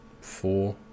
four